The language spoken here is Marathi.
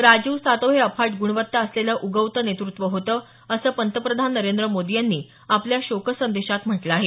राजीव सातव हे अफाट गुणवत्ता असलेलं उगवतं नेतृत्व होतं असं पंतप्रधान नरेंद्र मोदी यांनी आपल्या शोकसंदेशात म्हटलं आहे